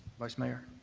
vice mayor.